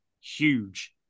huge